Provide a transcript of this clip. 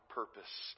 purpose